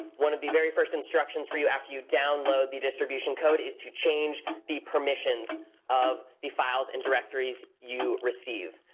one of the very first instructions for you, after you download the distribution code, is to change the permissions of the files and directories you receive.